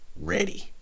ready